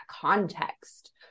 context